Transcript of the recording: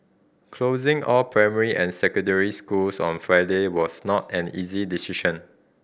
closing all primary and secondary schools on Friday was not an easy decision